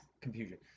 Confusion